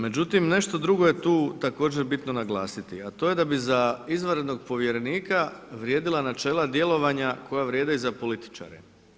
Međutim nešto drugo je tu također bitno naglasiti, a to je da bi za izvanrednog povjerenika vrijedila načela djelovanja koja vrijede i za političare.